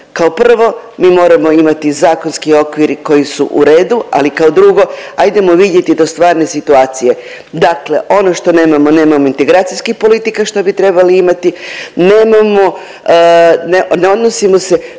kao prvo mi moramo imati zakonski okvir koji su u redu, ali kao drugo ajdemo vidjeti do stvarne situacije. Dakle, ono što nemamo nemamo integracijskih politika što bi trebali imati, nemamo ne odnosimo se